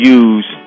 use